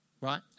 right